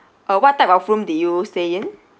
uh what type of room did you stay in